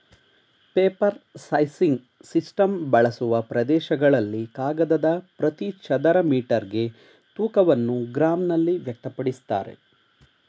paper sizing system ಬಳಸುವ ಪ್ರದೇಶಗಳಲ್ಲಿ ಕಾಗದದ ಪ್ರತಿ ಚದರ ಮೀಟರ್ಗೆ ತೂಕವನ್ನು ಗ್ರಾಂನಲ್ಲಿ ವ್ಯಕ್ತಪಡಿಸ್ತಾರೆ